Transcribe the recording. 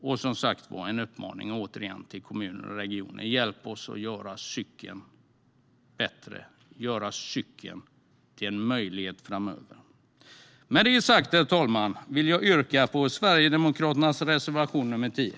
Återigen har jag en uppmaning till kommuner och regioner: Hjälp oss att göra cykeln till en möjlighet framöver! Med detta vill jag yrka bifall till Sverigedemokraternas reservation 10.